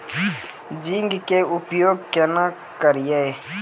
Zinc के उपयोग केना करये?